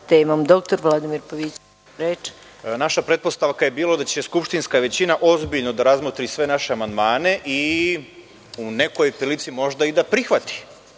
Naša pretpostavka je bila da će skupštinska većina ozbiljno da razmotri sve naše amandmane i u nekoj prilici možda da prihvati